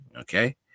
Okay